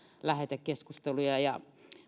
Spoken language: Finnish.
lähetekeskusteluja ja